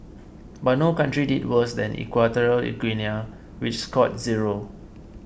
but no country did worse than Equatorial Guinea which scored zero